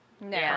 No